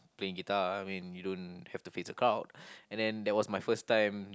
playing guitar I mean you don't have to face the crowd and then that was my first time